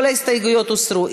כל ההסתייגויות הוסרו.